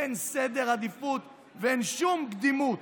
אין סדר עדיפויות ואין שום קדימות.